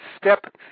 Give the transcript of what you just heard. Step